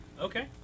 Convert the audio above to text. Okay